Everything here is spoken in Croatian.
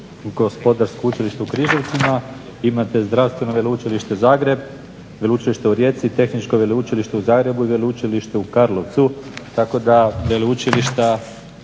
gospodarsko učilište u Križevcima, imate Zdravstveno veleučilište Zagreb, Veleučilište u Rijeci, Tehničko veleučilište u Zagrebu i Veleučilište u Karlovcu, tako da veleučilišta